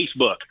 facebook